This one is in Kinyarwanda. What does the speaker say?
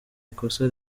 ikosa